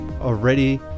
already